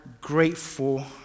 grateful